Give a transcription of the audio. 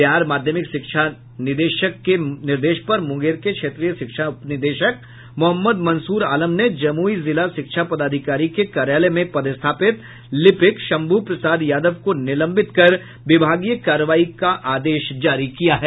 बिहार माध्यमिक शिक्षा निदेशक के निर्देश पर मूंगेर के क्षेत्रीय शिक्षा उपनिदेशक मोहम्मद मंसूर आलम ने जमुई जिला शिक्षा पदाधिकारी के कार्यालय में पदस्थापित लिपिक शंभु प्रसाद यादव को निलंबित कर विभागीय कार्रवाई का आदेश जारी किया है